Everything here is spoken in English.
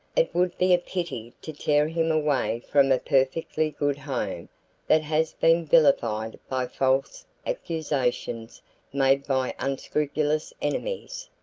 it would be a pity to tear him away from a perfectly good home that has been vilified by false accusations made by unscrupulous enemies.